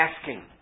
asking